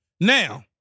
Now